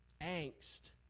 angst